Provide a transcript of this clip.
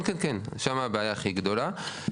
שם הבעיה הכי גדולה.